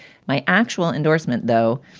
my actual endorsement, though,